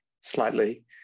slightly